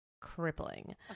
crippling